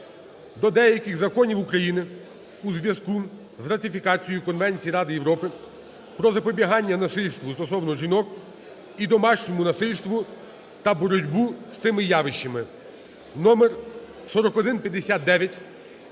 до деяких законів України у зв'язку з ратифікацією Конвенції Ради Європи про запобігання насильству стосовно жінок і домашньому насильству та боротьбу з цими явищами (номер 4952)